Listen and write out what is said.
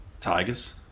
Tigers